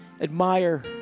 admire